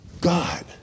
God